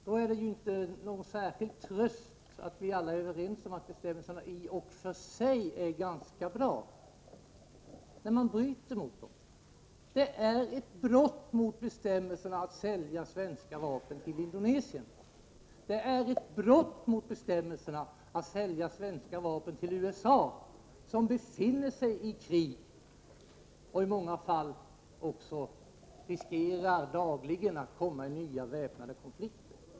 Då är det inte någon särskild tröst att vi alla är överens om att bestämmelserna i och för sig är ganska bra — när man bryter mot dem. Det är ett brott mot bestämmelserna att sälja svenska vapen till Indonesien. Det är ett brott mot bestämmelserna att sälja svenska vapen till USA, som befinner sig i krig och i många fall också dagligen riskerar att råka i nya väpnade konflikter.